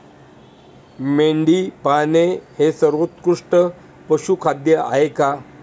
मेंढी पाळणे हे सर्वोत्कृष्ट पशुखाद्य आहे का?